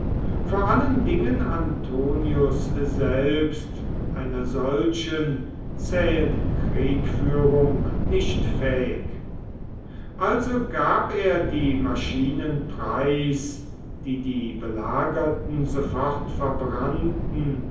vor allen dingen antonius selbst einer solchen zähen kriegführung nicht fähig also gab er die maschinen preis die die belagerten sofort verbrannten